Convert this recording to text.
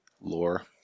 lore